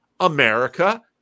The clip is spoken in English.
America